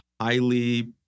highly